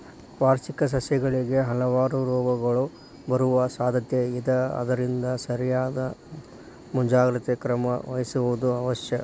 ವಾರ್ಷಿಕ ಸಸ್ಯಗಳಿಗೆ ಹಲವಾರು ರೋಗಗಳು ಬರುವ ಸಾದ್ಯಾತೆ ಇದ ಆದ್ದರಿಂದ ಸರಿಯಾದ ಮುಂಜಾಗ್ರತೆ ಕ್ರಮ ವಹಿಸುವುದು ಅವಶ್ಯ